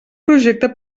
projecte